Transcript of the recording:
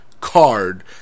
card